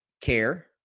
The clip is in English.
Care